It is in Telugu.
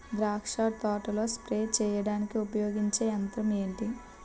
ద్రాక్ష తోటలో స్ప్రే చేయడానికి ఉపయోగించే యంత్రం ఎంటి?